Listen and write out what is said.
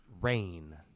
rain